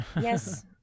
yes